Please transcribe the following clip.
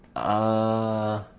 a